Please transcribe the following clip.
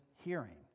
hearing